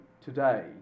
today